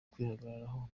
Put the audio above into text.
kwihagararaho